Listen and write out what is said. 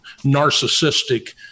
narcissistic